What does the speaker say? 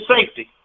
safety